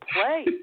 play